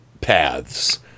paths